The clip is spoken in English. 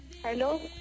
Hello